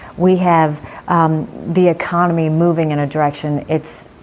we have um the economy moving in a direction it's,